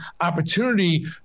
opportunity